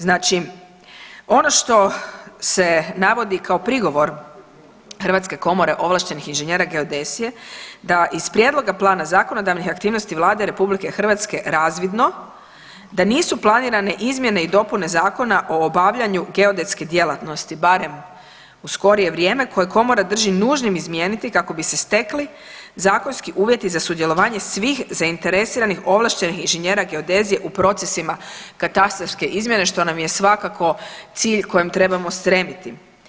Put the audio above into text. Znači ono što se navodi kao prigovor Hrvatske komore ovlaštenih inženjera geodezije da iz prijedloga plana zakonodavnih aktivnosti Vlade RH razvidno da nisu planirane izmjene i dopune Zakona o obavljanju geodetske djelatnosti barem u skorije vrijeme koje komora drži nužnim izmijeniti kako bi se stekli zakonski uvjeti za sudjelovanje svih zainteresiranih ovlaštenih inženjera geodezije u procesima katastarske izmjere što nam je svakako cilj kojem trebamo stremiti.